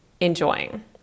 enjoying